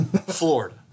Florida